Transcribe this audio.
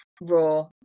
raw